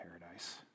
paradise